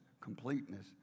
completeness